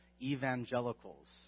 Evangelicals